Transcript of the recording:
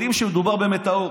יודעים שמדובר במטאור.